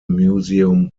museum